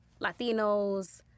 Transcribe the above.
Latinos